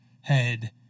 head